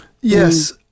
Yes